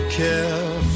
care